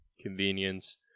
convenience